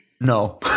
No